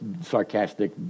sarcastic